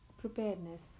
preparedness